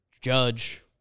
Judge